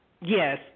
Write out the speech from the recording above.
Yes